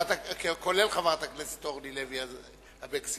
כולל חברת הכנסת אורלי לוי אבקסיס.